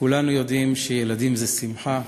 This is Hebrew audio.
כולנו יודעים שילדים זה שמחה.